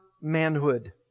manhood